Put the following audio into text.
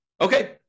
Okay